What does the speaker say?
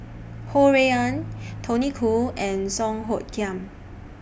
Ho Rui An Tony Khoo and Song Hoot Kiam